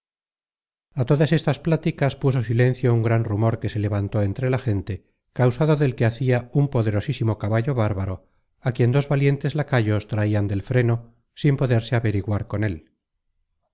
todas estas pláticas puso silencio un gran rumor que se levantó entre la gente causado del que hacia un poderosísimo caballo bárbaro á quien dos valientes lacayos traian del freno sin poderse averiguar con él